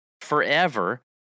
forever